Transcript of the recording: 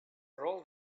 roll